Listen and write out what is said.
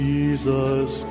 Jesus